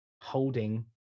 holding